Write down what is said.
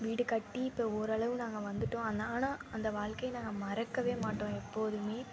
வீடு கட்டி இப்போ ஓரளவு நாங்கள் வந்துட்டோம் ஆனா ஆனால் அந்த வாழ்க்கையை நான் மறக்கவே மாட்டோம் எப்போதும்